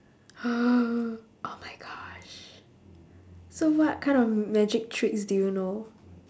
oh my gosh so what kind of magic tricks do you know